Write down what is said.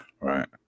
Right